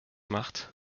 macht